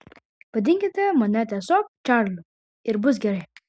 vadinkite mane tiesiog čarliu ir bus gerai